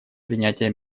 принятия